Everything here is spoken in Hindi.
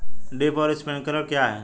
ड्रिप और स्प्रिंकलर क्या हैं?